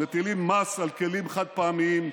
מטילים מס על כלים חד-פעמיים,